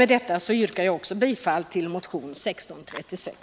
Med det sagda yrkar jag bifall till motionen 1636.